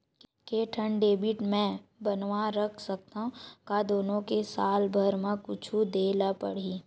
के ठन डेबिट मैं बनवा रख सकथव? का दुनो के साल भर मा कुछ दे ला पड़ही?